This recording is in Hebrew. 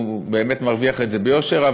הוא באמת מרוויח את זה ביושר.